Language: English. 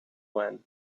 when